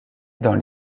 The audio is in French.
dans